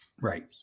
Right